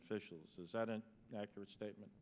officials that an accurate statement